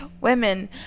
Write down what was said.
Women